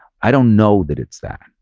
i don't know that it's that,